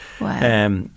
Wow